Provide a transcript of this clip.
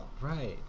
right